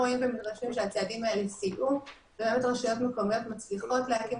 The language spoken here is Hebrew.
הפקחים המסייעים ברשויות מקומיות שהן חלשות יותר בהיקפים